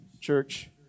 church